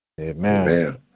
Amen